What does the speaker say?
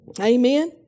Amen